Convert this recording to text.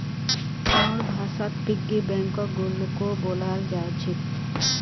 गाँउर भाषात पिग्गी बैंकक गुल्लको बोलाल जा छेक